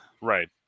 right